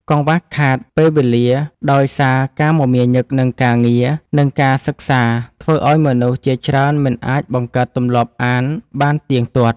កង្វះខាតពេលវេលាដោយសារការមមាញឹកនឹងការងារ និងការសិក្សា ធ្វើឱ្យមនុស្សជាច្រើនមិនអាចបង្កើតទម្លាប់អានបានទៀងទាត់។